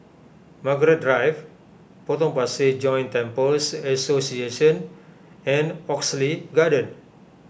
Margaret Drive Potong Pasir Joint Temples Association and Oxley Garden